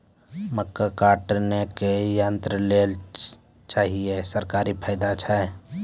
मक्का काटने के लिए यंत्र लेल चाहिए सरकारी फायदा छ?